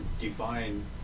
define